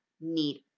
need